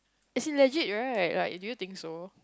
as in legit right like do you think so